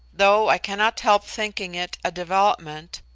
though i cannot help thinking it a development,